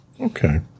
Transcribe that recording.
Okay